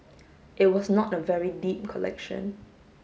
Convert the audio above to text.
it was not a very deep collection